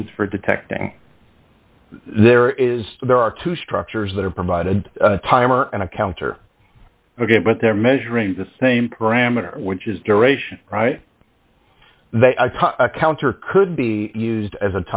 means for detecting there is a there are two structures that are provided a timer and a counter ok but they're measuring the same parameter which is duration a counter could be used as